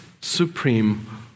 supreme